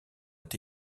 est